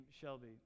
Shelby